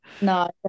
No